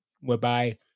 Whereby